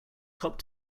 top